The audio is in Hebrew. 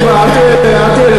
די, למה אתה מתלוצץ?